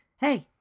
hey